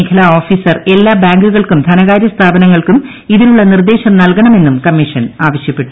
മേഖലാ ഓഫീസർ എല്ലാ ബാങ്കുകൾക്കും ധനകാര്യ സ്ഥാപനങ്ങൾക്കും ഇതിനുള്ള നിർദേശം നൽകണമെന്നും കമ്മീഷൻ ആവശ്യപ്പെട്ടു